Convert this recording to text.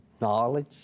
knowledge